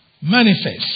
manifest